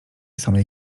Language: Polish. samej